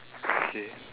okay